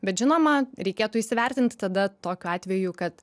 bet žinoma reikėtų įsivertint tada tokiu atveju kad